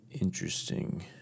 interesting